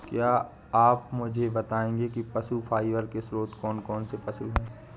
क्या आप मुझे बताएंगे कि पशु फाइबर के स्रोत कौन कौन से पशु हैं?